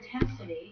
intensity